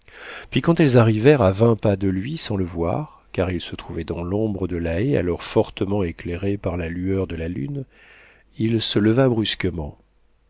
puis quand elles arrivèrent à vingt pas de lui sans le voir car il se trouvait dans l'ombre de la haie alors fortement éclairée par la lueur de la lune il se leva brusquement